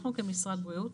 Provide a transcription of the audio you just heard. אנחנו כמשרד בריאות